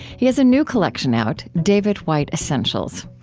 he has a new collection out, david whyte essentials.